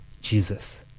Jesus